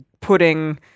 putting